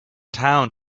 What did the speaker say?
town